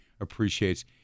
appreciates